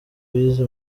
bize